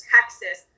Texas